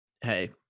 Hey